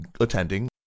attending